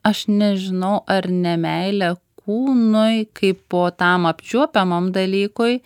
aš nežinau ar nemeilė kūnui kaip po tam apčiuopiamam dalykui